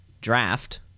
draft